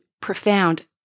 profound